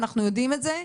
אנחנו יודעים את זה.